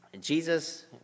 Jesus